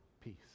peace